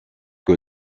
que